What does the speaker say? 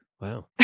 Wow